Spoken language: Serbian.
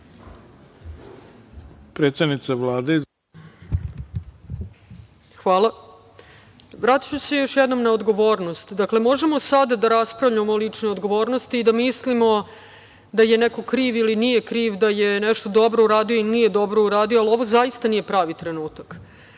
Hvala. Vratiću se još jednom na odgovornost. Dakle, možemo sada da raspravljamo o ličnoj odgovornosti i da mislimo da je neko kriv ili nije kriv, da je nešto dobro uradio ili nije dobro uradio, ali ovo zaista nije pravi trenutak.